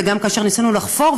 וגם כאשר ניסינו לחפור,